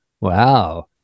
Wow